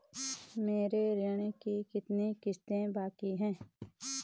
मेरे ऋण की कितनी किश्तें बाकी हैं?